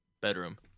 bedroom